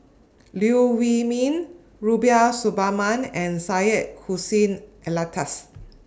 Liew Wee Mee Rubiah Suparman and Syed Hussein Alatas